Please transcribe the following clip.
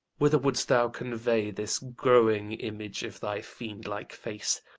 whither wouldst thou convey this growing image of thy fiend-like face?